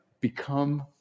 become